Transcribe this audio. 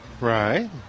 Right